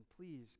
please